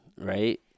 right –